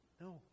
No